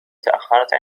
تأخرت